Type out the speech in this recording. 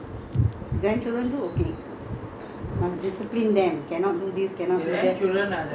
orh பேர பிள்ளைங்க செஞ்சா பரவால:paera pillaingga senjaa paravaala we do this wrong then children do okay